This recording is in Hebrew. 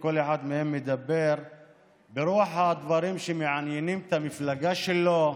וכל אחד מהם מדבר ברוח הדברים שמעניינים את המפלגה שלו,